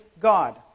God